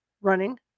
running